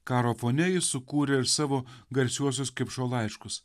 karo fone jis sukūrė ir savo garsiuosius kipšo laiškus